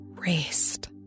rest